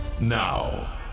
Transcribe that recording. now